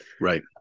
right